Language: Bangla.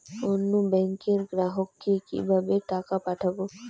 অন্য ব্যাংকের গ্রাহককে কিভাবে টাকা পাঠাবো?